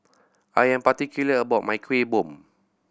I am particular about my Kuih Bom